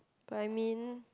but I mean